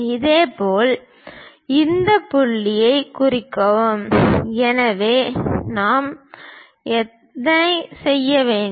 இதேபோல் இந்த புள்ளி குறிக்கிறது எனவே நாம் எத்தனை செய்ய வேண்டும்